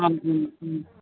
आम्